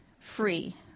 free